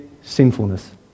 sinfulness